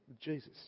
Jesus